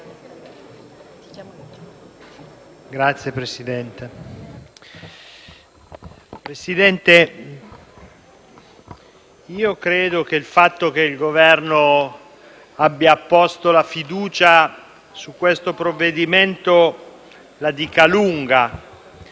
Presidente, credo che il fatto che il Governo abbia posto la fiducia su questo provvedimento la dica lunga